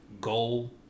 goal